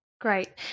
Great